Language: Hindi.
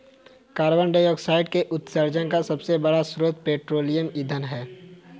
कार्बन डाइऑक्साइड के उत्सर्जन का सबसे बड़ा स्रोत पेट्रोलियम ईंधन है